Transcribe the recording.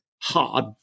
hard